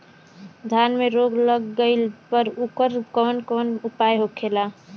धान में रोग लग गईला पर उकर कवन कवन उपाय होखेला?